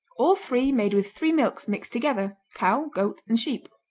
all three made with three milks mixed together cow, goat and sheep.